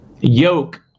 yoke